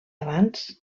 abans